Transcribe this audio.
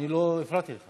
אני לא הפרעתי לך.